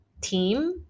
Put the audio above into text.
team